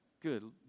good